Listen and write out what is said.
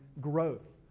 growth